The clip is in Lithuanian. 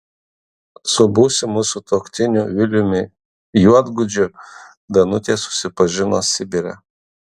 su būsimu sutuoktiniu viliumi juodgudžiu danutė susipažino sibire